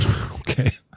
Okay